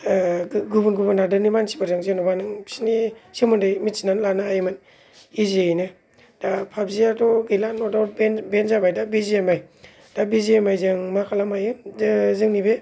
गुबुन गुबुन हादोरनि मानसिफोरजों जेनोबा नों बिसोरनि सोमबोन्दै मोनथिनानै लानो हायोमोन इजियैनो दा पाबजियाथ' गैला न दावत बेन जाबाय दा बि जि एम आइ दा बि जि एम आइजों मा खालामबायो जे जोंनि बे